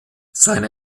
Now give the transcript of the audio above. seine